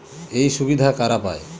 এই সুবিধা কারা পায়?